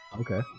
okay